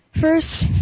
First